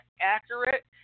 accurate